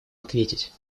ответить